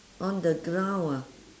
on the ground ah